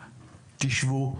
תישבו,